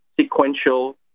sequential